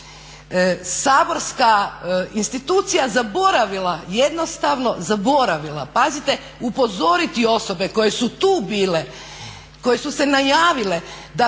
saborska institucija zaboravila jednostavno, zaboravila pazite upozoriti osobe koje su tu bile, koje su se najavile da će